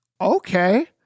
Okay